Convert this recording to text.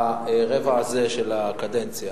ברבע הזה של הקדנציה